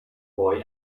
boy